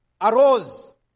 arose